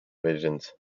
visions